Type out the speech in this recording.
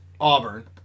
Auburn